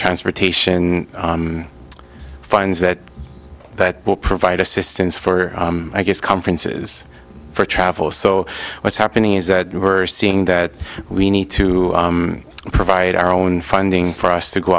transportation funds that that will provide assistance for i guess conferences for travel so what's happening is that you are seeing that we need to provide our own funding for us to go